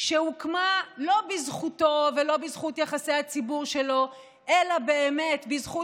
שהוקמה לא בזכותו ולא בזכות יחסי הציבור שלו אלא באמת בזכות